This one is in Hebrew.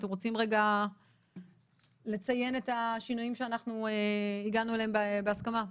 אתם רוצים לציין את השינויים שאנחנו הגענו אליהם בהסכמה?